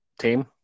team